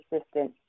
Assistant